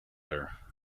her